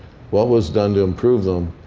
what was done to improve them.